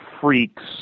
freaks